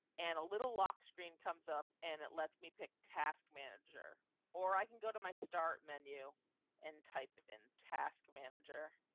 and a little lock screen comes up and it lets me pick task manager or i can go to my start menu and type in task manager.